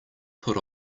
put